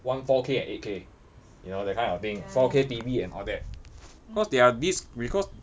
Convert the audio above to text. want four K and eight K you know that kind of thing four K T_V and all that cause they are dis~ because